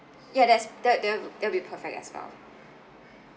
ya that's that that that'll be perfect as well